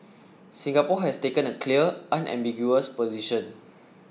Singapore has taken a clear unambiguous position